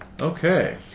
Okay